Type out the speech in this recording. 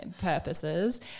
purposes